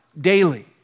daily